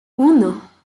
uno